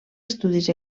estudis